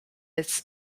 its